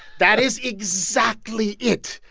that is exactly it.